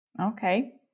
Okay